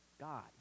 God